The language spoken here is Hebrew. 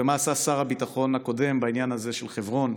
ומה עשה שר הביטחון הקודם בעניין הזה של חברון.